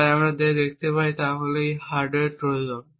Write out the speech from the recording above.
তাই আমরা যা দেখতে পাই তা হল এটি আমাদের হার্ডওয়্যার ট্রোজান